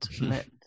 let